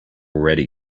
already